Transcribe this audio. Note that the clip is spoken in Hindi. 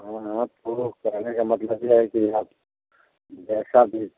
हाँ तो कहने का मतलब ये है कि आप जैसा भी